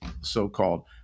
so-called